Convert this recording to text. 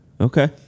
okay